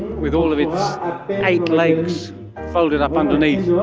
with all of its eight legs folded up underneath.